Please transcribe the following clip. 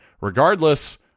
regardless